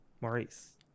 Maurice